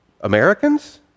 Americans